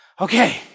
Okay